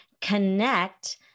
connect